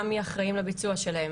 גם מי אחראים לביצוע שלהן,